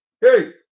hey